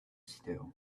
still